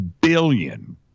billion